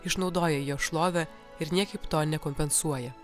išnaudoja jo šlovę ir niekaip to nekompensuoja